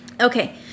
okay